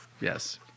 Yes